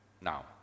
now